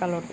কালত